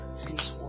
Please